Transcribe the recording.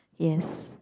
yes